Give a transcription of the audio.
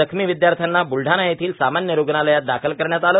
जखमी विद्यार्थ्यांना ब्लडाणा येथील सामान्य रुग्णालयात दाखल करण्यात आले